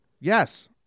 Yes